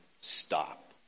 Stop